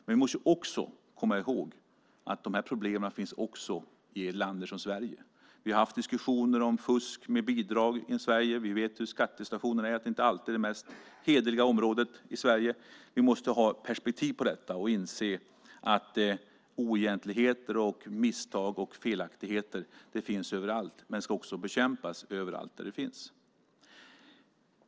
Men vi måste komma ihåg att de här problemen också finns i länder som Sverige. Vi har haft diskussioner om fusk med bidrag i Sverige, och vi vet hur skattesituationen är - det är inte alltid det mest hederliga området i Sverige. Vi måste ha perspektiv på detta och inse att oegentligheter, misstag och felaktigheter finns överallt men ska bekämpas överallt där de finns.